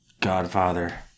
Godfather